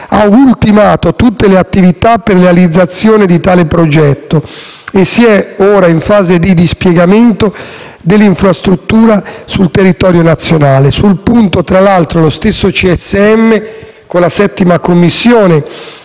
ha ultimato tutte le attività per la realizzazione di tale progetto e si è ora in fase di dispiegamento dell'infrastruttura sul territorio nazionale. Sul punto, tra l'altro, lo stesso CSM, con la 7a Commissione,